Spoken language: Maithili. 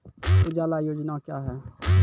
उजाला योजना क्या हैं?